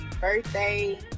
birthday